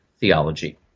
theology